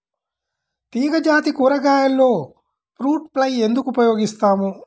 తీగజాతి కూరగాయలలో fruit fly ఎందుకు ఉపయోగిస్తాము?